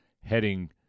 heading